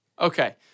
okay